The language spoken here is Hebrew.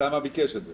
אוסאמה ביקש את זה.